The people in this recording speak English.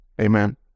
Amen